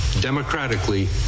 democratically